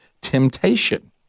temptation